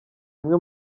bimwe